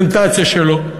הפרזנטציה שלו.